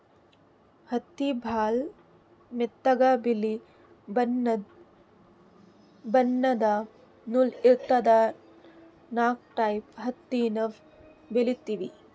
ಹತ್ತಿ ಭಾಳ್ ಮೆತ್ತಗ ಬಿಳಿ ಬಣ್ಣದ್ ನೂಲ್ ಇರ್ತದ ನಾಕ್ ಟೈಪ್ ಹತ್ತಿ ನಾವ್ ಬೆಳಿತೀವಿ